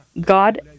God